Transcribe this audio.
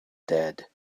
dead